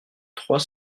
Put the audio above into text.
trois